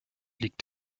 liegt